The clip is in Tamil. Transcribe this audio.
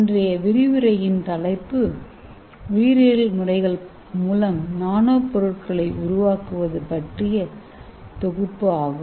இன்றைய விரிவுரையின் தலைப்பு உயிரியல் முறைகள் மூலம் நானோபொருட்களை உருவாக்குவது பற்றிய தொகுப்பு ஆகும்